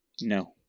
No